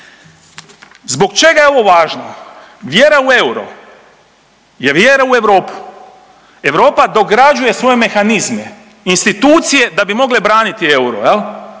Zbog čega je ovo važno? Vjera u euro je vjera u Europu. Europa dograđuje svoje mehanizme, institucije da bi mogle braniti euro